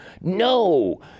No